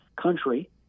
country